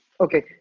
Okay